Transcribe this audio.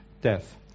death